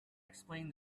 explained